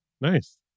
Nice